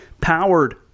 Powered